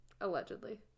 allegedly